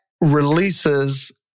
releases